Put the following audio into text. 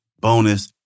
bonus